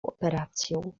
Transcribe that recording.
operacją